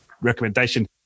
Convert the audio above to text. Recommendation